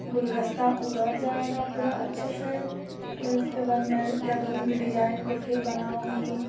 गूलगस्ता उघड़ जाएगाा पूरा अच्छे से फिर उसके बाद मैं क्या करूँगी डिज़ाइन को फिर बनाऊँगी